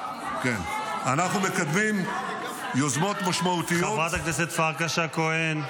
--- אנחנו מקדמים יוזמות משמעותיות --- חברת הכנסת פרקש הכהן.